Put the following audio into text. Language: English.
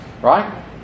Right